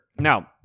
Now